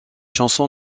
chanson